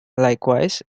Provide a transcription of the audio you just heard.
likewise